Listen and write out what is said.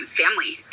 family